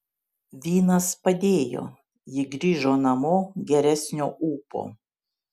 vynas padėjo ji grįžo namo geresnio ūpo